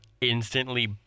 instantly